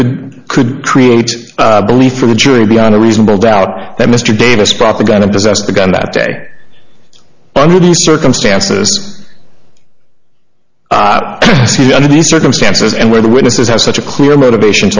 could could create a belief for the jury beyond a reasonable doubt that mr davis propaganda possessed the gun that day under the circumstances under these circumstances and where the witnesses have such a clear motivation